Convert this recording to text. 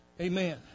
Amen